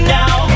now